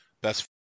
Best